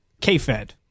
K-Fed